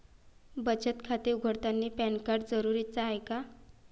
बचत खाते उघडतानी पॅन कार्ड जरुरीच हाय का?